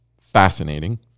fascinating